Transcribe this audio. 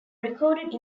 recorded